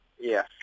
Yes